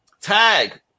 tag